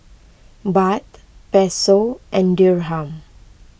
Baht Peso and Dirham